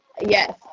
yes